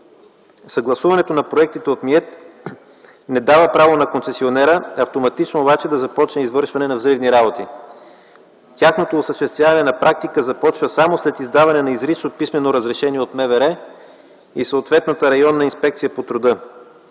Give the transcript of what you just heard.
икономиката, енергетиката и туризма не дава право на концесионера автоматично обаче да започне извършване на взривни работи. Тяхното осъществяване на практика започва само след издаване на изрично писмено разрешение от МВР и съответната районна инспекция по труда.